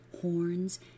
horns